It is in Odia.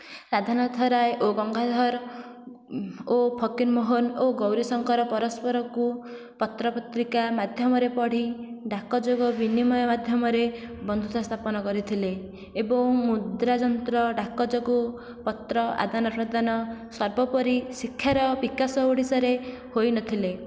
ରାଧାନାଥ ରାୟ ଓ ଗଙ୍ଗାଧର ଓ ଫକୀର ମୋହନ ଓ ଗୌରୀଶଙ୍କର ପରସ୍ପରକୁ ପତ୍ର ପତ୍ରିକା ମାଧ୍ୟମରେ ପଢ଼ି ଡାକଯୋଗ ବିନିମୟ ମାଧ୍ୟମରେ ବନ୍ଧୁତା ସ୍ଥାପନ କରିଥିଲେ ଏବଂ ମୁଦ୍ରା ଯନ୍ତ୍ର ଡାକ ଯୋଗୁଁ ପତ୍ର ଆଦାନ ପ୍ରଦାନ ସର୍ବୋପରି ଶିକ୍ଷାର ବିକାଶ ଓଡ଼ିଶାରେ ହୋଇ ନଥିଲେ